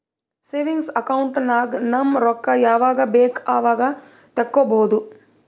savings account ನಾಗ್ ನಮ್ ರೊಕ್ಕಾ ಯಾವಾಗ ಬೇಕ್ ಅವಾಗ ತೆಕ್ಕೋಬಹುದು